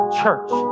church